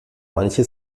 manche